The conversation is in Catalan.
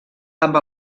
amb